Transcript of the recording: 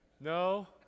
no